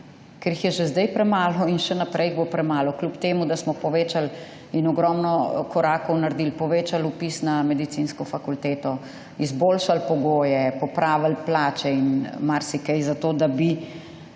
Ker jih je že zdaj premalo in še naprej jih bo premalo, kljub temu, da smo povečali in ogromno korakov naredili. Povečali vpis na medicinsko fakulteto, izboljšali pogoje, popravili plače in marsikaj za to, da bi,